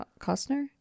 costner